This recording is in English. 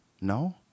No